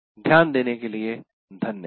ध्यान देने के लिये धन्यवाद